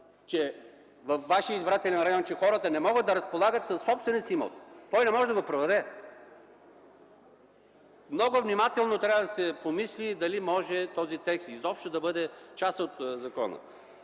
че във Вашия избирателен район хората не могат да разполагат със собствения си имот, не могат да го продадат, много внимателно трябва да се помисли дали този текст изобщо може да бъде част от закона.